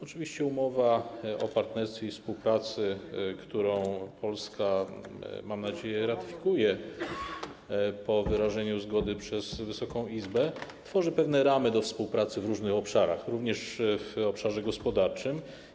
Oczywiście umowa o partnerstwie i współpracy, którą Polska, mam nadzieję, ratyfikuje, po wyrażeniu zgody przez Wysoką Izbę, tworzy pewne ramy do współpracy w różnych obszarach, również w obszarze gospodarczym.